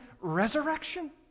resurrection